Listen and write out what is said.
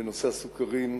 בנושא הסוכרים,